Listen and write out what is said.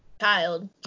child